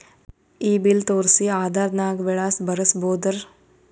ಈ ಬಿಲ್ ತೋಸ್ರಿ ಆಧಾರ ನಾಗ ವಿಳಾಸ ಬರಸಬೋದರ?